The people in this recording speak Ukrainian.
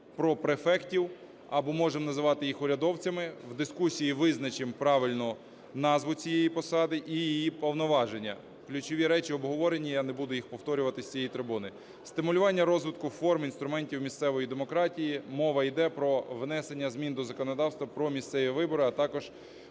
про префектів або можемо називати їх урядовцями, в дискусії визначимо правильно назву цієї посади і її повноваження. Ключові речі обговорені, я не буду їх повторювати з цієї трибуни. Стимулювання розвитку форм інструментів місцевої демократії. Мова іде про внесення змін до законодавства про місцеві вибори, а також